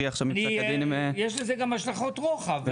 יש לזה גם השלכות רוחב,